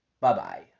Bye-bye